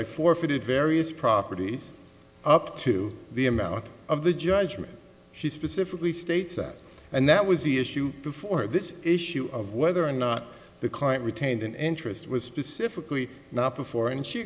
i forfeited various properties up to the amount of the judgment she specifically states and that was the issue before this issue of whether or not the client retained an interest was specifically not before and she